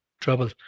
trouble